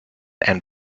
and